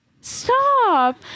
Stop